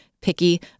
picky